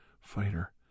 fighter